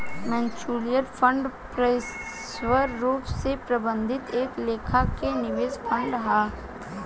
mutual fund पेशेवर रूप से प्रबंधित एक लेखा के निवेश फंड हा